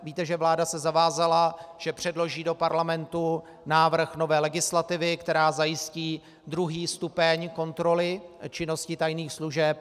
Víte, že vláda se zavázala, že předloží do Parlamentu návrh nové legislativy, která zajistí druhý stupeň kontroly činnosti tajných služeb.